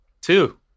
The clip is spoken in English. Two